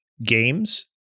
games